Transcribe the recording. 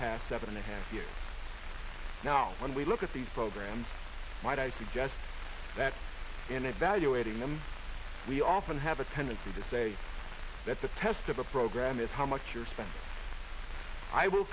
past seven and a half years now when we look at these programs might i suggest that in evaluating them we often have a tendency to say that the test of a program is how much you're spending i will